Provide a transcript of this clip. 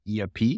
ERP